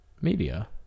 media